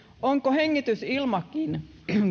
onko hengitysilmakin